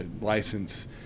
license